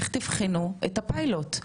איך תבחנו את הפילוט?